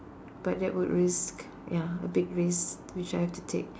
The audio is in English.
but that would risk ya a big risk which I have to take